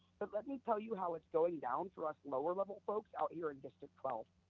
but let me tell you how it's going down for us lower level folks out here in district twelve.